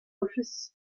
ofis